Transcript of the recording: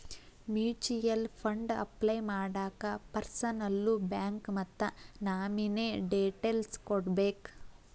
mutual fund apply ಮಾಡಾಕ ಪರ್ಸನಲ್ಲೂ bank ಮತ್ತ ನಾಮಿನೇ ಡೇಟೇಲ್ಸ್ ಕೋಡ್ಬೇಕ್